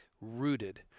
rooted